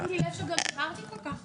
לא שמתי לב שגם דיברתי כל כך הרבה.